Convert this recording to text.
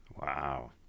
Wow